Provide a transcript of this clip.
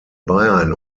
bayern